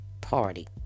party